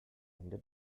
ende